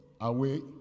away